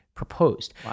proposed